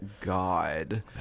God